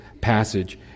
passage